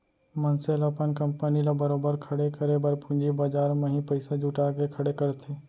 मनसे ल अपन कंपनी ल बरोबर खड़े करे बर पूंजी बजार म ही पइसा जुटा के खड़े करथे